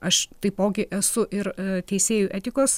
aš taipogi esu ir teisėjų etikos